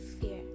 Fear